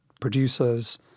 producers